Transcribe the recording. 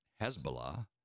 Hezbollah